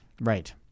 right